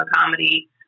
comedy